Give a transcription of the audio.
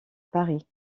paris